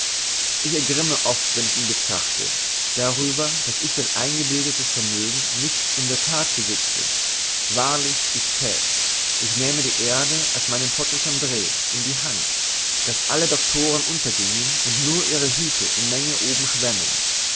ich ergrimme oft wenn ich ihn betrachte darüber daß ich sein eingebildetes vermögen nicht in der that besize wahrlich ich thät's ich nähme die erbe als meinen pot de chambre in die hand daß alle doktoren untergingen und nur ihre hüthe in menge oben schwämmen